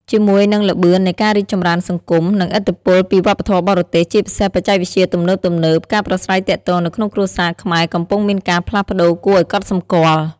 ជាមួយនឹងល្បឿននៃការរីកចម្រើនសង្គម និងឥទ្ធិពលពីវប្បធម៌បរទេស ជាពិសេសបច្ចេកវិទ្យាទំនើបៗ ការប្រាស្រ័យទាក់ទងនៅក្នុងគ្រួសារខ្មែរកំពុងមានការផ្លាស់ប្តូរគួរឲ្យកត់សម្គាល់។